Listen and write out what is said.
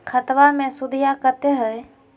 खतबा मे सुदीया कते हय?